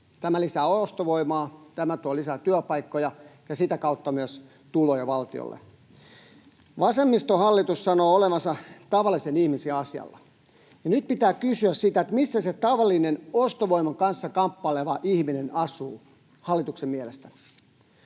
Tämä lisää ostovoimaa, tämä tuo lisää työpaikkoja ja sitä kautta myös tuloja valtiolle. Vasemmistohallitus sanoo olevansa tavallisen ihmisen asialla, ja nyt pitää kysyä, missä se tavallinen, ostovoiman kanssa kamppaileva ihminen asuu hallituksen mielestä.